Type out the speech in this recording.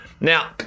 Now